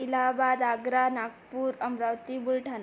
Allahabad Agra Nagpur Amravati Buldhana